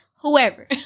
Whoever